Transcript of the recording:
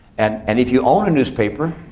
and and if you own a newspaper,